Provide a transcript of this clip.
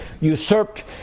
usurped